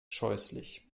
scheußlich